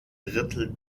drittel